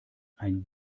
ein